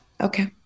Okay